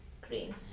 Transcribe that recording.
green